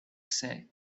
said